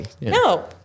no